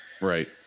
Right